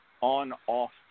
on-off